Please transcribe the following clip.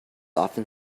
often